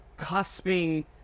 cusping –